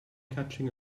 catching